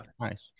nice